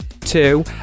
two